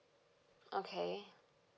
okay